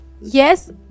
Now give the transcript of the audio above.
Yes